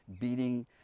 beating